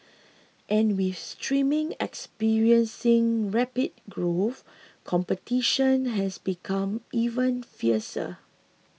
and with streaming experiencing rapid growth competition has become even fiercer